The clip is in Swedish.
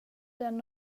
den